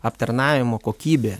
aptarnavimo kokybė